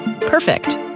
Perfect